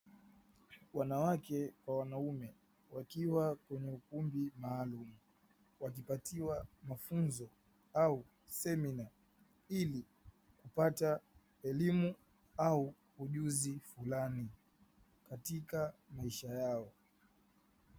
Wanawake kwa wanaume wakiwa kwenye ukumbi maalumu, wakipatiwa mafunzo au semina ili kupata elimu au ujuzi fulani katika maisha yao.